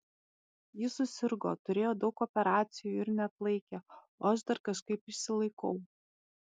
ji susirgo turėjo daug operacijų ir neatlaikė o aš dar kažkaip išsilaikau